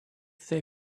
they